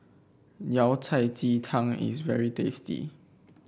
Yao Cai Ji Tang is very tasty